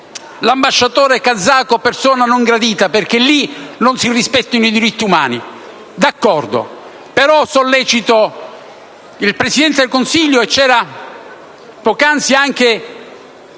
l'ambasciatore kazako persona non gradita, perché lì non si rispettano i diritti umani. D'accordo, però sollecito il Presidente del Consiglio e la ministra